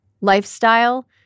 lifestyle